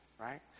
right